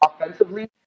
offensively